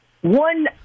One –